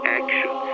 action